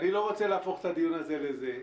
אני לא רוצה להפוך את הדיון הזה לזה.